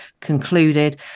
concluded